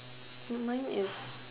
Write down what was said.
remind me of